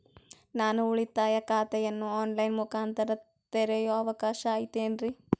ನಾನು ಉಳಿತಾಯ ಖಾತೆಯನ್ನು ಆನ್ ಲೈನ್ ಮುಖಾಂತರ ತೆರಿಯೋ ಅವಕಾಶ ಐತೇನ್ರಿ?